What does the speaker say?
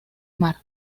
mar